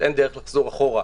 אין דרך לחזור אחורה.